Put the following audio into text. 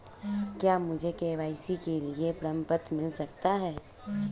क्या मुझे के.वाई.सी के लिए प्रपत्र मिल सकता है?